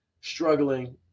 struggling